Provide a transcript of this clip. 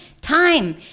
time